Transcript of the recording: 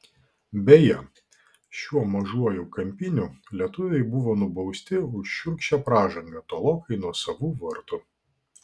beje šiuo mažuoju kampiniu lietuviai buvo nubausti už šiurkščią pražangą tolokai nuo savų vartų